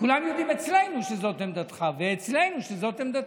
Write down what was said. כולם יודעים אצלנו שזאת עמדתך, ואצלנו שזאת עמדתי.